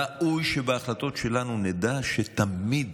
ראוי שבהחלטות שלנו נדע שתמיד